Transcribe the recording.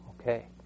Okay